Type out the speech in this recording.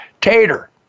Tater